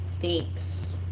thanks